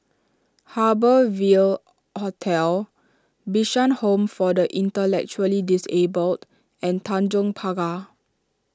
Harbour Ville Hotel Bishan Home for the Intellectually Disabled and Tanjong Pagar